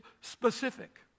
specific